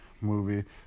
movie